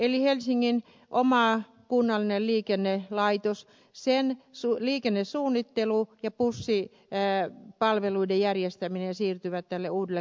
eli helsingin oma kunnallinen liikennelaitos sen liikennesuunnittelu ja bussipalveluiden järjestäminen siirtyvät tälle uudelle kuntayhtymälle